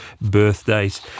birthdays